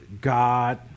God